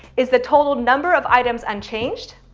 is the total number of items unchanged?